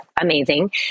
amazing